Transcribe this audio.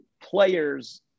players